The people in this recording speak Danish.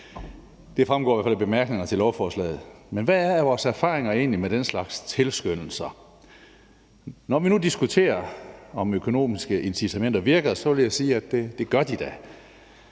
Det fremgår i hvert fald af bemærkningerne til lovforslaget. Men hvad er vores erfaringer egentlig med den slags tilskyndelser? Når vi nu diskuterer, om økonomiske incitamenter virker, vil jeg sige, at det gør de da.